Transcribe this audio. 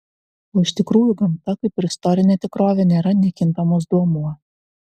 o iš tikrųjų gamta kaip ir istorinė tikrovė nėra nekintamas duomuo